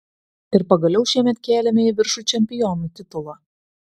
ir pagaliau šiemet kėlėme į viršų čempionų titulą